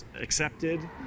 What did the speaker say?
accepted